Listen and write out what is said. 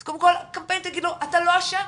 אז קודם כל קמפיין יגיד לו אתה לא אשם,